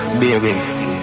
baby